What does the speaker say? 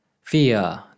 Fear